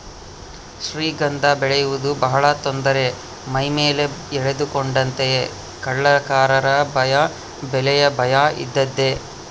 ಶ್ರೀಗಂಧ ಬೆಳೆಯುವುದು ಬಹಳ ತೊಂದರೆ ಮೈಮೇಲೆ ಎಳೆದುಕೊಂಡಂತೆಯೇ ಕಳ್ಳಕಾಕರ ಭಯ ಬೆಲೆಯ ಭಯ ಇದ್ದದ್ದೇ